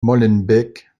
molenbeek